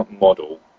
model